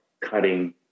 cutting